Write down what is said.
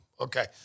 Okay